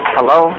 Hello